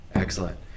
Excellent